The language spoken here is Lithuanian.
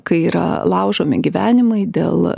kai yra laužomi gyvenimai dėl